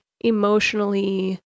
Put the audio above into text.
emotionally